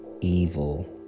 evil